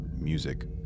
music